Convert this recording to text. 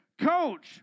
Coach